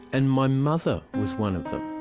and my mother was one of them.